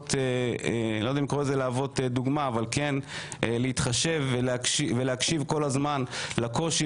להוות דוגמה או להתחשב ולהקשיב כול הזמן לקושי